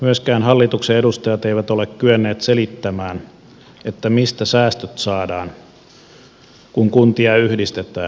myöskään hallituksen edustajat eivät ole kyenneet selittämään mistä säästöt saadaan kun kuntia yhdistetään